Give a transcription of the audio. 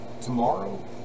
tomorrow